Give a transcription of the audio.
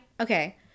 okay